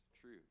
true